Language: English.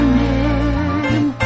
name